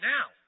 Now